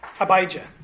Abijah